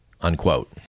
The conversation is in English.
unquote